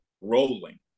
rolling